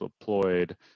deployed